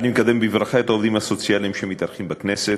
אני מקדם בברכה את העובדים הסוציאליים שמתארחים בכנסת.